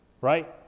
Right